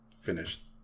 finished